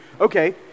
Okay